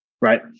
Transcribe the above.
right